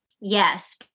Yes